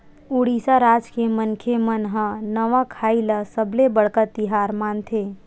उड़ीसा राज के मनखे मन ह नवाखाई ल सबले बड़का तिहार मानथे